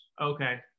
Okay